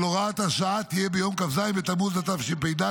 הוראת השעה תהיה ביום כ"ז בתמוז התשפ"ד,